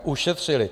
Ušetřili.